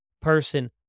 person